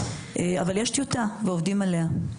אבל יש טיוטה ועובדים עליה.